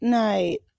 night